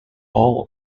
all